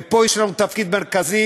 ופה יש לנו תפקיד מרכזי,